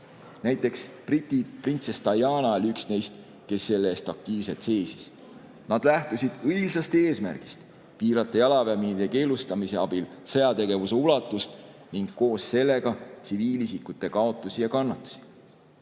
Näiteks Briti printsess Diana oli üks neist, kes selle eest aktiivselt seisis. Nad lähtusid õilsast eesmärgist: piirata jalaväemiinide keelustamise abil sõjategevuse ulatust ning koos sellega tsiviilisikute kaotusi ja kannatusi.